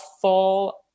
full